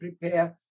prepare